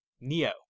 Neo